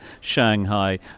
Shanghai